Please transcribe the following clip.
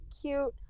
cute